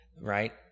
right